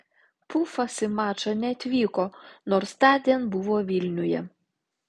pufas į mačą neatvyko nors tądien buvo vilniuje